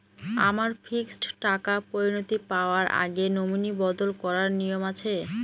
আমার ফিক্সড টাকা পরিনতি পাওয়ার আগে নমিনি বদল করার নিয়ম আছে?